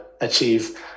achieve